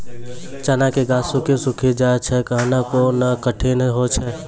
चना के गाछ सुखी सुखी जाए छै कहना को ना ठीक हो छै?